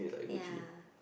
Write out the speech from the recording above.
ya